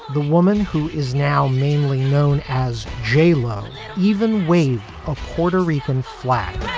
the woman who is now mainly known as j lo even waved a puerto rican flag